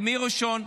מי ראשון?